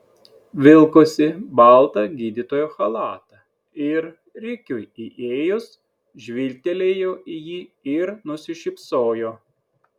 vilkosi baltą gydytojo chalatą ir rikiui įėjus žvilgtelėjo į jį ir nusišypsojo